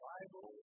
Bible